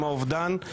עם האובדן,